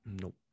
Nope